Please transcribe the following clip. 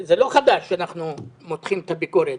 זה לא חדש שאנחנו מותחים את הביקורת.